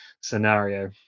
scenario